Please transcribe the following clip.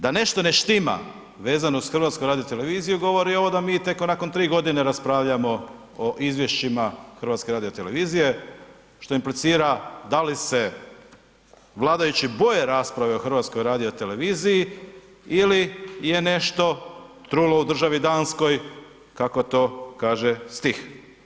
Da nešto ne štima vezano uz HRT govori i ovo da mi tek nakon tri godine raspravljamo o izvješćima HRT-a, što implicira da li se vladajući boje rasprave o HRT-u ili je nešto trulo u državi Danskoj, kako to kaže stih.